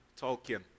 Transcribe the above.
Tolkien